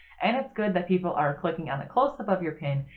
and it's good that people are clicking on the close-up of your pin,